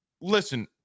Listen